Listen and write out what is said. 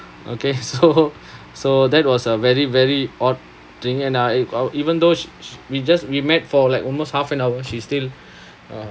okay so so that was a very very odd thing and I or even though sh~ sh~ we just we met for like almost half an hour she still